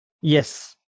Yes